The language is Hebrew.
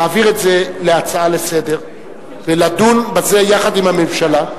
להעביר את זה להצעה לסדר-היום ולדון בזה יחד עם הממשלה,